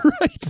Right